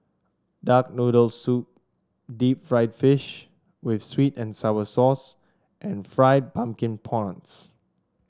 Duck Noodles soup Deep Fried Fish with sweet and sour sauce and Fried Pumpkin Prawns